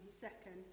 second